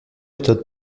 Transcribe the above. méthodes